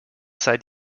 seid